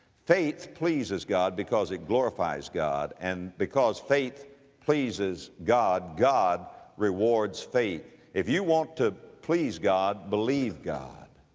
faith pleases god because it glorifies god, and because faith pleases god, god rewards faith. if you want to please god, believe god,